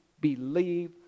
believe